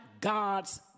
God's